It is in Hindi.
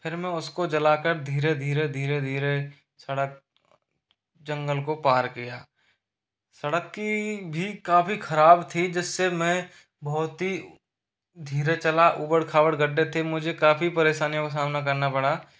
फिर मैं उसको जला कर धीरे धीरे धीरे धीरे सड़क जंगल को पार किया सड़क की भी काफ़ी खराब थी जिससे मैं बहुत ही धीरे चला उबड़ खाबड़ गड्ढे थे मुझे काफ़ी परेशानियों का सामना करना पड़ा